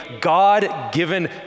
God-given